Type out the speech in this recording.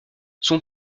son